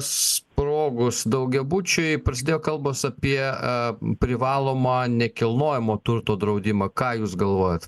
sprogus daugiabučiui prasidėjo kalbos apie a privalomą nekilnojamo turto draudimą ką jūs galvojat